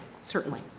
certainly.